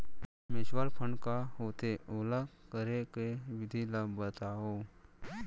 mutual fund का होथे, ओला करे के विधि ला बतावव